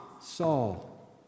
Saul